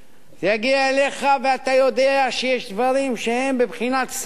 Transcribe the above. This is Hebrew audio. זה יגיע אליך ואתה יודע שיש דברים שהם בבחינת סמל,